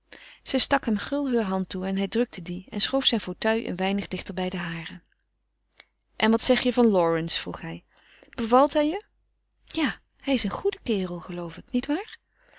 hem gul de hand toe en hij drukte die en schoof zijn fauteuil een weinig dichter bij de hare en wat zeg je van lawrence vroeg hij bevalt hij je ja hij is een goede kerel geloof ik niet waar